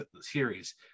series